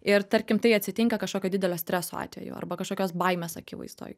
ir tarkim tai atsitinka kažkokio didelio streso atveju arba kažkokios baimės akivaizdoj